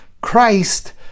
Christ